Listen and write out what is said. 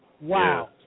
Wow